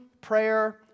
prayer